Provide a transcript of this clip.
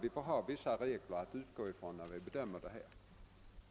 Vi måste ha vissa regler att utgå från vid bedömningen av dessa ärenden.